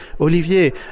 Olivier